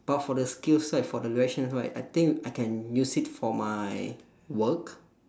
but for the skills right for the reaction also right I think I can use it for my work